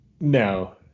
No